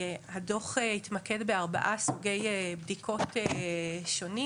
הדוח התמקד בארבעה סוגי בדיקות שונים.